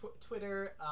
Twitter